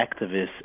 activists